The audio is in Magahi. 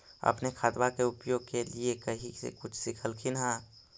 अपने खादबा के उपयोग के लीये कही से कुछ सिखलखिन हाँ?